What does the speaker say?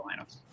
lineups